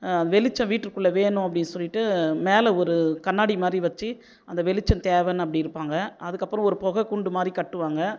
வெளிச்சம் வீட்டுக்குள்ளே வேணும் அப்படின்னு சொல்லிட்டு மேலே ஒரு கண்ணாடி மாதிரி வச்சு அந்த வெளிச்சம் தேவைன்னு அப்படி இருப்பாங்கள் அதுக்கப்புறம் ஒரு புகக்கூண்டு மாதிரி கட்டுவாங்கள்